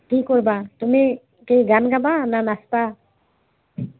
কি কৰিবা তুমি কি গান গাবা নে নাচিবা